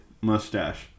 mustache